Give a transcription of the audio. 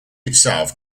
itself